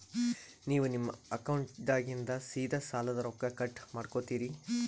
ನೀವು ನಮ್ಮ ಅಕೌಂಟದಾಗಿಂದ ಸೀದಾ ಸಾಲದ ರೊಕ್ಕ ಕಟ್ ಮಾಡ್ಕೋತೀರಿ?